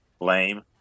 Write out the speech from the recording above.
Lame